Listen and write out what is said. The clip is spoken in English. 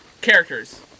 Characters